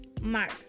Mark